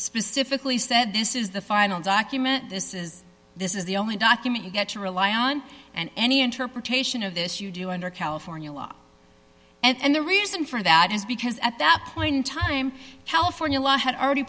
specifically said this is the final document this is this is the only document you get to rely on and any interpretation of this you do under california law and the reason for that is because at that point in time california law had already